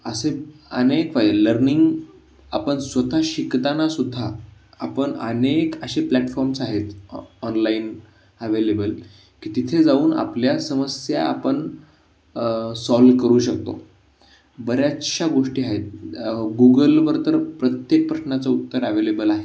असे अनेक फायदे लर्निंग आपण स्वतः शिकताना सुद्धा आपण अनेक असे प्लॅटफॉर्म्स आहेत ऑ ऑनलाईन अवेलेबल की तिथे जाऊन आपल्या समस्या आपण सॉल्व करू शकतो बऱ्याचशा गोष्टी आहेत गुगलवर तर प्रत्येक प्रश्नाचं उत्तर अवेलेबल आहे